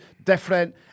Different